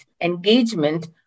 engagement